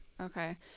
okay